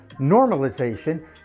normalization